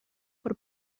por